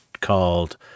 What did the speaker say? called